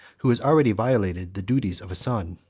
who has already violated the duties of a son?